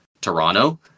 Toronto